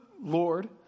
Lord